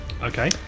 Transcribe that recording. okay